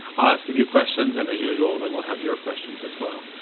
i'll ask a few questions, and as usual, then we'll have your questions as well.